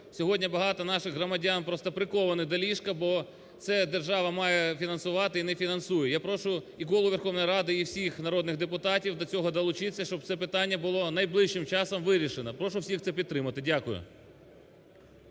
Сьогодні багато наших громадян просто приковані до ліжка, бо це держава має фінансувати і не фінансує. Я прошу і Голову Верховної Ради, і всіх народних депутатів до цього долучитися, щоб це питання було найближчим часом вирішене. Прошу всіх це підтримати. Дякую.